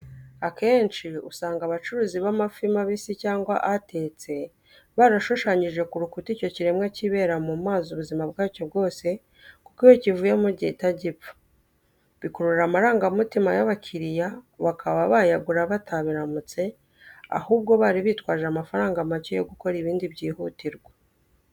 Akenshi usanga abacuruzi b'amafi mabisi cyangwa atetse barashushanyije ku rukuta icyo kiremwa kibera mu mazi ubuzima bwacyo bwose, kuko iyo kivuyemo gihita gipfa, bikurura amarangamutima y'abakiriya, bakaba bayagura batabiramutse, ahubwo bari bitwaje amafaranga macye yo gukora ibindi byihutirwa.